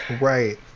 Right